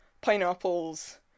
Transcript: pineapples